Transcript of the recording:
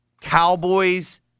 Cowboys